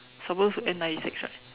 suppose to end ninety six right